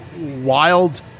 wild